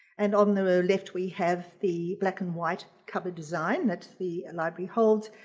and on the left we have the black-and-white cover design that's the and library holds,